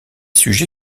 sujets